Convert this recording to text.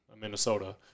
Minnesota